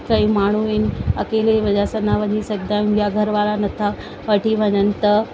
कई माण्हूं इन अकेले जैसे न वञी सघंदा आहिनि या घर वारा नथा वठी वञनि त